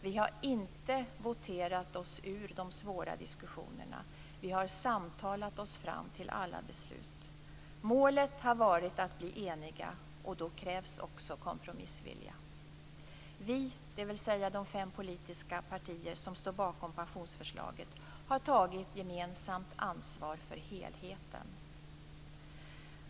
Vi har inte voterat oss ur de svåra diskussionerna. Vi har samtalat oss fram till alla beslut. Målet har varit att bli eniga, och då krävs också kompromissvilja. Vi, dvs. de fem politiska partier som står bakom pensionsförslaget, har tagit gemensamt ansvar för helheten.